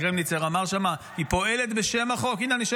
קרמניצר אמר שם: היא פועלת בשם החוק.